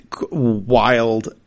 wild